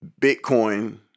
bitcoin